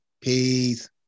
Peace